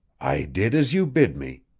i did as you bid me,